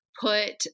put